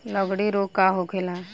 लगड़ी रोग का होखेला?